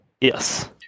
Yes